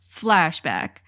flashback